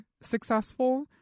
successful